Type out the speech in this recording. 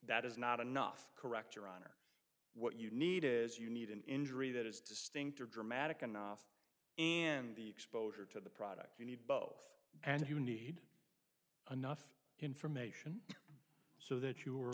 that is not enough correct your honor what you need is you need an injury that is distinct or dramatic enough and the exposure to the product you need both and you need anough information so that you are